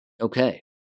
Okay